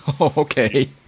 Okay